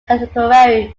contemporary